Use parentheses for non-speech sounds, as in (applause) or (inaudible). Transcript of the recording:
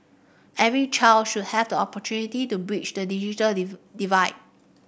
every child should have the opportunity to bridge the digital (unintelligible) divide